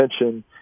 attention